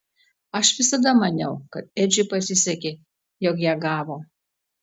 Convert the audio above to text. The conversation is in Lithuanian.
aš visada maniau kad edžiui pasisekė jog ją gavo